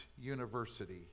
University